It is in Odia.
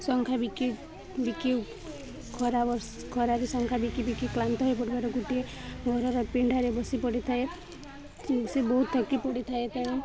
ଶଙ୍ଖା ବିକି ବିକି ଖରା ବର୍ଷା ଖରାରେ ଶଙ୍ଖା ବିକି ବିକି କ୍ଲାନ୍ତ ହୋଇପଡ଼ିବାରୁ ଗୋଟିଏ ଘରର ପିଣ୍ଡାରେ ବସି ପଡ଼ିଥାଏ ସେ ବହୁତ ଥକି ପଡ଼ିଥାଏ ତେଣୁ